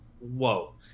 whoa